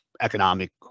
economic